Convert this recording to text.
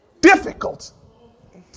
difficult